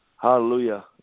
hallelujah